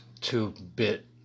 two-bit